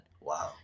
Wow